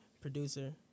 producer